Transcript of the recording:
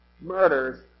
murders